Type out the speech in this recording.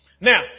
Now